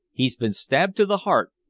he'd been stabbed to the heart.